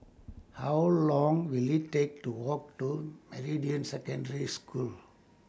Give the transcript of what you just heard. How Long Will IT Take to Walk to Meridian Secondary School